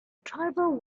tribal